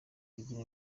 bigira